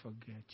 forget